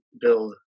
build